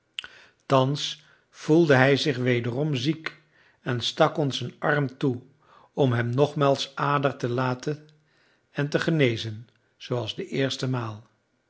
thans voelde hij zich wederom ziek en stak ons een arm toe om hem nogmaals ader te laten en te genezen zooals de eerste maal